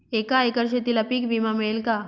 एका एकर शेतीला पीक विमा मिळेल का?